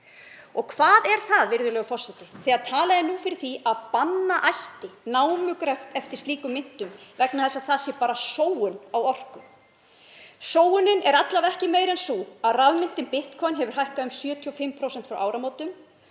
Og hvað er það, virðulegur forseti, þegar talað er fyrir því að banna ætti námugröft eftir slíkum myntum vegna þess að það sé bara sóun á orku? Sóunin er alla vega ekki meiri en svo að rafmyntin Bitcoin hefur hækkað um 75% frá áramótum.